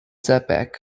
setback